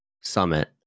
summit